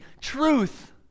truth